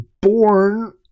born